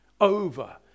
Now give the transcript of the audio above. over